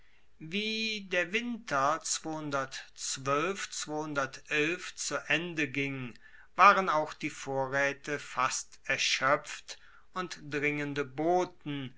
wie der winter zu ende ging waren auch die vorraete fast erschoepft und dringende boten